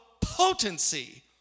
potency